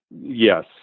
Yes